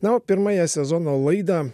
na o pirmąją sezono laidą